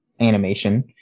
animation